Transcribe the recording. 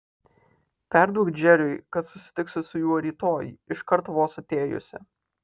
perduok džeriui kad susitiksiu su juo rytoj iškart vos atėjusi